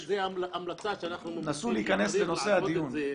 לא, זו המלצה שאנחנו ממליצים להעלות את זה.